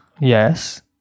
yes